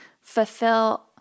fulfill